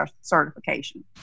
certification